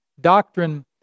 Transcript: Doctrine